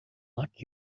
luck